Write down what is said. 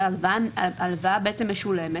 רשות שוק ההון תוכל לעשות את הפיין טיונינג.